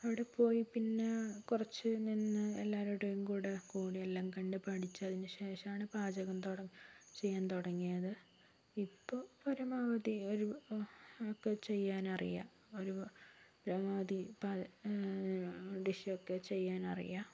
അവിടെപ്പോയാൽ പിന്നെ കുറച്ച് നിന്ന് എല്ലാവരുടെയും കൂടെ കൂടി എല്ലാം കണ്ട് പഠിച്ച് അതിനു ശേഷാണ് പാചകം ചെയ്യാൻ തുടങ്ങിയത് ഇപ്പം ഒരു മാതിരിയൊക്കെ ചെയ്യാനറിയാം ഒരു വിധം ഡിഷൊക്കെ ചെയ്യാനറിയാം